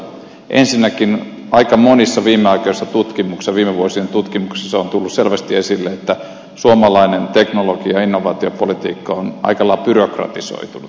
ensinnäkin aika monissa viime vuosien tutkimuksissa on tullut selvästi esille että suomalainen teknologia ja innovaatiopolitiikka on aika lailla byrokratisoitunut